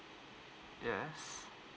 yes